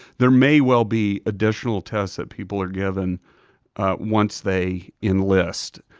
there may well be additional tests that people are given once they enlist.